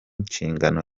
nshingano